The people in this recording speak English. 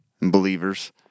Believers